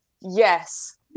yes